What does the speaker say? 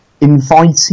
inviting